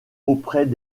auprès